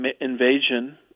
invasion—